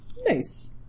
Nice